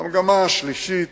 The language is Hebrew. והמגמה השלישית